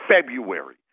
February